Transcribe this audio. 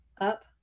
up